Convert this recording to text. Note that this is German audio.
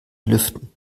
lüften